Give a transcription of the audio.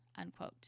unquote